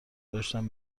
داشتم